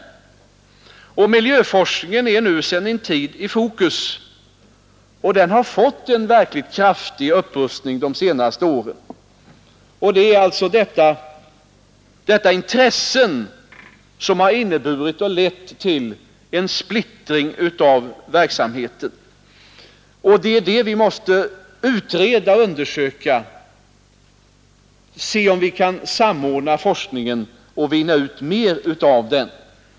Miljöforskningen är nu sedan en tid i fokus, och den har fått en verkligt kraftig upprustning de senaste åren. Det är alltså detta intresse som har lett till en splittring av verksamheten, och därför måste vi utreda och undersöka om vi kan samordna forskningen och vinna ut mer av den.